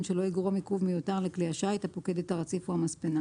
שלא יגרום עיכוב מיותר לכלי השיט הפוקד את הרציף או המספנה".